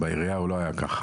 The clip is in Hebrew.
בעירייה הוא לא היה כך.